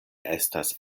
estas